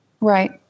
Right